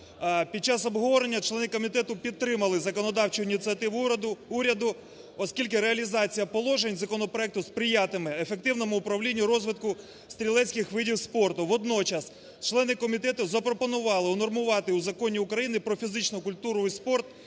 Під час обговорення члени комітету підтримали законодавчу ініціативу уряду, оскільки реалізація положень законопроекту сприятиме ефективному управлінню розвитку стрілецьких видів спорту. Водночас, члени комітету запропонували унормувати в Законі України "Про фізичну культуру і спорт"